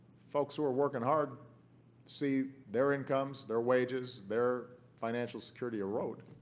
folks who are working hard see their incomes, their wages, their financial security erode.